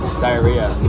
diarrhea